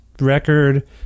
record